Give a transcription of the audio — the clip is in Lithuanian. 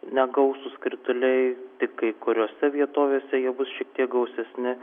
negausūs krituliai tik kai kuriose vietovėse jie bus šiek tiek gausesni